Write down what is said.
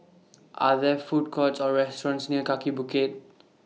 Are There Food Courts Or restaurants near Kaki Bukit